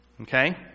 Okay